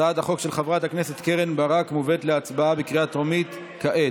הצעת החוק של חברת הכנסת קרן ברק מובאת להצבעה בקריאה טרומית כעת.